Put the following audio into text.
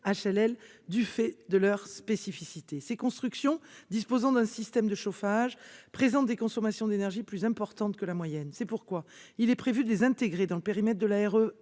du fait de leurs spécificités. Ces constructions, disposant d'un système de chauffage, présentent des consommations d'énergie plus importantes que la moyenne. C'est pourquoi il est prévu de les intégrer dans le périmètre de la